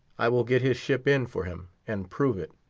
i will get his ship in for him, and prove it.